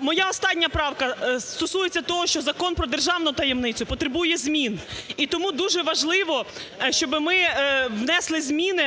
Моя остання правка стосується того, що Закон "Про державну таємницю" потребує змін. І тому дуже важливо, щоб ми внесли зміни